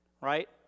right